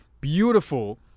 beautiful